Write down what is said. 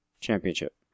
Championship